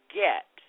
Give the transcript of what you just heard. get